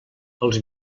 els